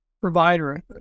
provider